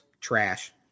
trash